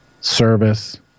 service